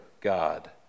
God